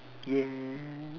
yet